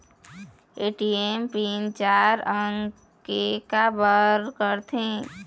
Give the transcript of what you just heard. ATM pin चार अंक के का बर करथे?